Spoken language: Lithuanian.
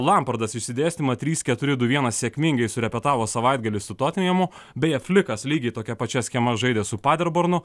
lampardas išsidėstymą trys keturi du vienas sėkmingai surepetavo savaitgalį su totenhemu beje flikas lygiai tokia pačias schemas žaidė su paterbornu